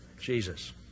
Jesus